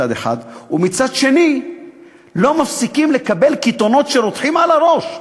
מצד שני אנחנו לא מפסיקים לקבל קיתונות של רותחין על הראש.